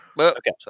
Okay